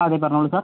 അതെ പറഞ്ഞോളൂ സർ